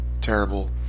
Terrible